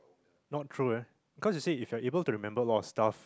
not true ah cause you see if you are able to remember a lot of stuff